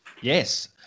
Yes